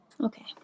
okay